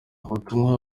ubutumwa